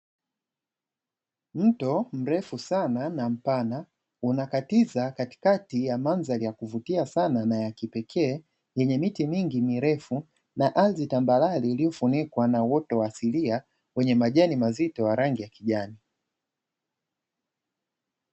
Mto mrefu sana na mpana unakatiza katikati ya mandhari ya kuvutia sana na ya kipekee yenye miti mingi mirefu na ardhi tambarale iliyofunikwa na uoto wa asilia wenye majani mazito wa rangi ya kijani.